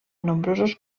nombrosos